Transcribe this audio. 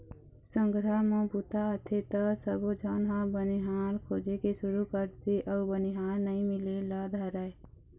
संघरा म बूता आथे त सबोझन ह बनिहार खोजे के सुरू करथे अउ बनिहार नइ मिले ल धरय